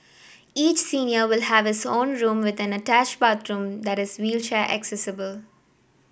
each senior will have his own room with an attached bathroom that is wheelchair accessible